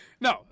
no